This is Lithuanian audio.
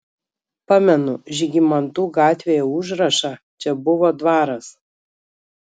pamenu žygimantų gatvėje užrašą čia buvo dvaras